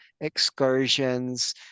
excursions